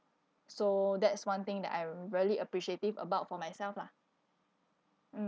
so that's one thing that I really appreciative about for myself lah mm